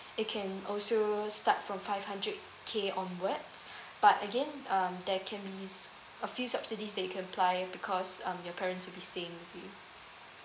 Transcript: it can also start from five hundred k onwards but again um there can be s~ a few subsidies that you can apply because um your parents will be staying with you